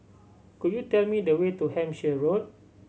could you tell me the way to Hampshire Road